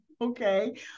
okay